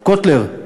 קוטלר,